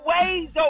ways